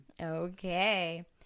Okay